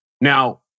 Now